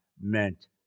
meant